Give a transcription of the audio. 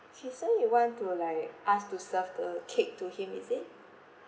K so you want to like us to serve the cake to him is it